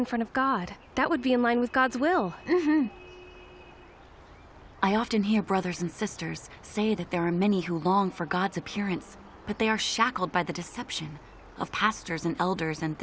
in front of god that would be in line with god's will i often hear brothers and sisters say that there are many who long for god's appearance but they are shackled by the deception of pastors and elders and